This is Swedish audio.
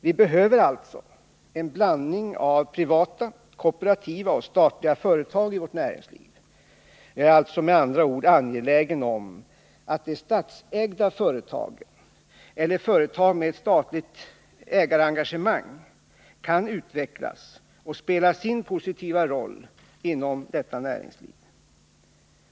Vi behöver alltså en blandning av privata, kooperativa och statliga företag i vårt näringsliv. Jag är med andra ord angelägen om att de statsägda företagen och företagen med statligt ägarengagemang kan utvecklas och spela sin positiva roll inom detta näringsliv.